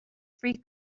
free